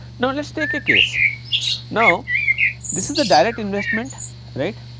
now, let us take a case now this is the direct investment right,